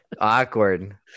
Awkward